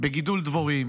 בגידול דבורים